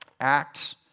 Acts